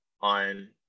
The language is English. on